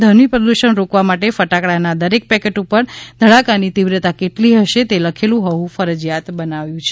ધ્વનિ પ્રદૂષણ રોકવા માટે ફટાકડાના દરેક પેકેટ ઉપર ધડાકાની તીવ્રતા કેટલી હશે તે લખેલૂ હોવું ફરજિયાત બનાવાયું છે